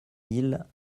mille